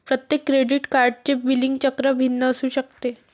प्रत्येक क्रेडिट कार्डचे बिलिंग चक्र भिन्न असू शकते